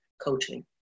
coaching